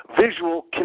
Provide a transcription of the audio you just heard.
visual